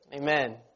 Amen